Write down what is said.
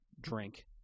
drink